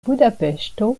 budapeŝto